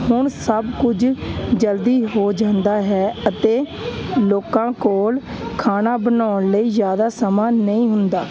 ਹੁਣ ਸਭ ਕੁਝ ਜਲਦੀ ਹੋ ਜਾਂਦਾ ਹੈ ਅਤੇ ਲੋਕਾਂ ਕੋਲ ਖਾਣਾ ਬਣਾਉਣ ਲਈ ਜ਼ਿਆਦਾ ਸਮਾਂ ਨਹੀਂ ਹੁੰਦਾ